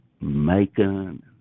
Macon